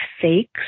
fake